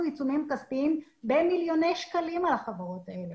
עיצומים כספיים במיליוני שקלים על החברות האלה.